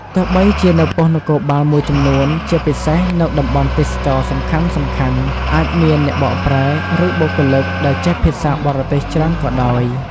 ទោះបីជានៅប៉ុស្តិ៍នគរបាលមួយចំនួន ជាពិសេសនៅតំបន់ទេសចរណ៍សំខាន់ៗ អាចមានអ្នកបកប្រែ ឬបុគ្គលិកដែលចេះភាសាបរទេសច្រើនក៏ដោយ។